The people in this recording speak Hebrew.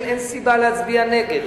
אין סיבה להצביע נגד.